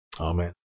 Amen